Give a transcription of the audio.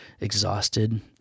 exhausted